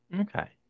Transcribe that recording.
Okay